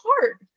hard